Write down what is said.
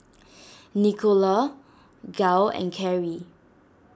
Nicola Gale and Carrie